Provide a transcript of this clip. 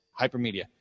hypermedia